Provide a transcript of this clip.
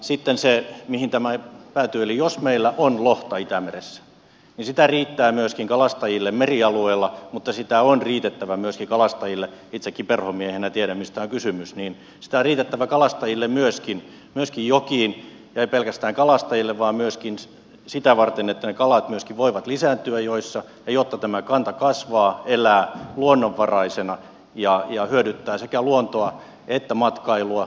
sitten jos tämä päätyy siihen että meillä on lohta itämeressä niin sitä riittää myöskin kalastajille merialueella mutta sitä on riitettävä myöskin kalastajille itsekin perhomiehenä tiedän mistä on kysymys myöskin jokiin eikä pelkästään kalastajille vaan myöskin sitä varten että ne kalat myöskin voivat lisääntyä joissa jotta tämä kanta kasvaa elää luonnonvaraisena ja hyödyttää sekä luontoa että matkailua